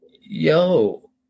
Yo